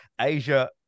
Asia